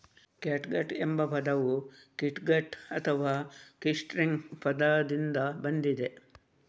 catgut ಎಂಬ ಪದವು kitgut ಅಥವಾ ಕಿಟ್ಸ್ಟ್ರಿಂಗ್ ಪದದಿಂದ ಬಂದಿದೆ